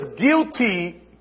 guilty